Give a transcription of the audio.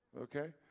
Okay